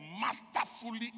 masterfully